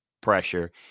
pressure